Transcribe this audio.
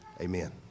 Amen